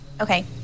Okay